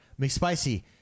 McSpicy